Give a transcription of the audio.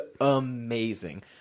amazing